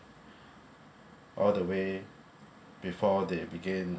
all the way before they began